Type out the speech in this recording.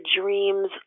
dreams